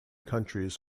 countries